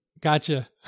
gotcha